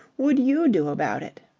would you do about it?